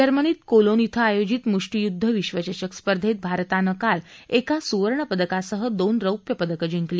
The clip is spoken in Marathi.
जर्मातीत कोलोन श्रि आयोजित मुष्टियुद्ध विश्वचषक स्पर्धेत भारतानं काल एका सुवर्णपदकासह दोन रौप्य पदकं जिंकली